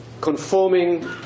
conforming